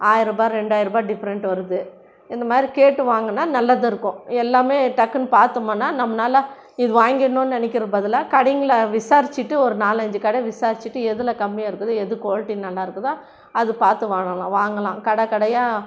ஆயர்ரூபாய் ரெண்டாயர்ரூபாய் டிஃப்ரெண்ட் வருது இந்த மாதிரி கேட்டு வாங்குனால் நல்லதும் இருக்கும் எல்லாமே டக்குன்னு பார்த்தோமுன்னா நம்மனால் இது வாங்கிடணுன்னு நினைக்கிறக்கு பதிலா கடைங்கள்ல விசாரிச்சிட்டு ஒரு நாலு அஞ்சு கடை விசாரிச்சிட்டு எதில் கம்மியாக இருக்குதோ எது குவாலிட்டி நல்லா இருக்குதோ அது பார்த்து வாங்கலாம் வாங்கலாம் கடை கடையாக